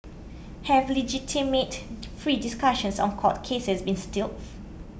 have legitimate free discussions on court cases been stifled